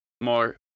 more